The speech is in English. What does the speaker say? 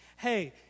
hey